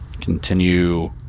continue